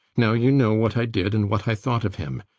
now you know what i did and what i thought of him.